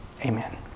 Amen